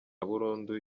burundu